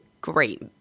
great